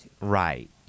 Right